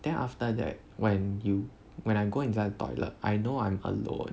then after that when you when I go inside toilet I know I'm alone